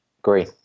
Agree